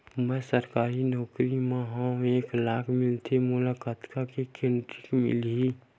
मैं सरकारी नौकरी मा हाव एक लाख मिलथे मोला कतका के क्रेडिट मिलही?